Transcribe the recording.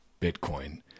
Bitcoin